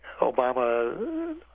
Obama